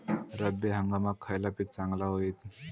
रब्बी हंगामाक खयला पीक चांगला होईत?